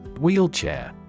Wheelchair